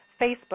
Facebook